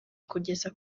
kugeza